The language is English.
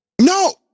No